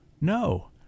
no